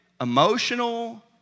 emotional